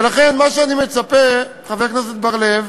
ולכן, מה שאני מצפה, חבר הכנסת בר-לב,